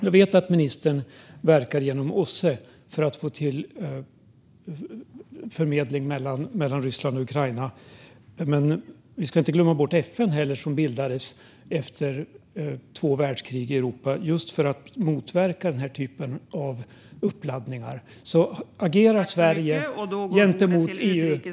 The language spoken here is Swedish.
Jag vet att ministern verkar genom OSSE för att få till en medling mellan Ryssland och Ukraina, men vi ska inte glömma bort FN som bildades efter två världskrig i Europa för att motverka uppladdningar som denna. Agerar Sverige inom FN för att det inte ska bli sådana här marscher?